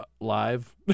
live